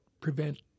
prevent